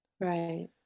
Right